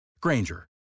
Granger